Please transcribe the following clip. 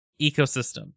ecosystem